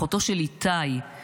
אחותו של איתי מבארי,